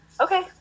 okay